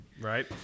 Right